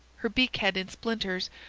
her beak-head in splinters,